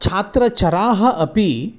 छात्रचराः अपि